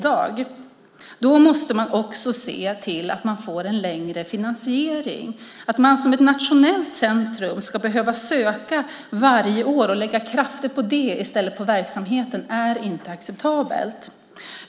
Men då måste man också se till att Eldrimner får en längre finansiering. Det är inte acceptabelt att någon som nationellt centrum ska behöva söka pengar varje år och lägga krafter på det i stället för på verksamheten.